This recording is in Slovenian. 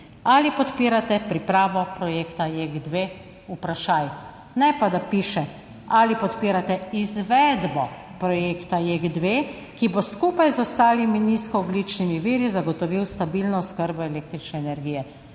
ali podpirate pripravo projekta JEK2, vprašaj, ne pa, da piše ali podpirate izvedbo projekta JEK2, ki bo skupaj z ostalimi nizkoogljičnimi viri zagotovil stabilno oskrbo električne energije?